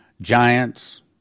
giants